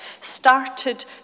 started